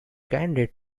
candid